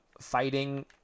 fighting